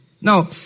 Now